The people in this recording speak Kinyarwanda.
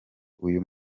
uyu